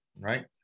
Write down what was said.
right